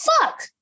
fuck